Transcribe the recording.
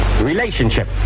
relationship